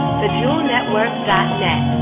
thejewelnetwork.net